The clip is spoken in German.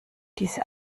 diese